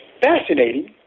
fascinating